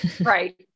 right